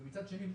ומצד שני,